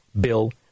bill